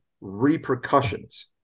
repercussions